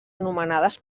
anomenades